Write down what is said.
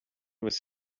was